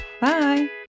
Bye